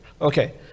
Okay